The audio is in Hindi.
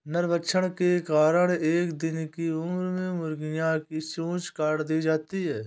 नरभक्षण के कारण एक दिन की उम्र में मुर्गियां की चोंच काट दी जाती हैं